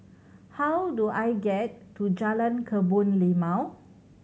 how do I get to Jalan Kebun Limau